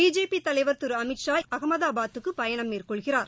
BJP தலைவர் திருஅமித்ஷா அகமதாபாத்துக்குபயணம் மேற்கொள்கிறார்